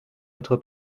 votre